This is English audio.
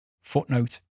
Footnote